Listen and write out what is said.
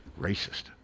Racist